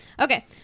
Okay